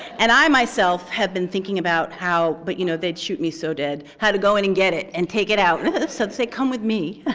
and i myself have been thinking about how but you know they'd shoot me so dead how to go in and get it and take it out and say, come with me.